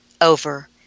over